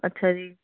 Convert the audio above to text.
ਅੱਛਾ ਜੀ